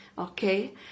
Okay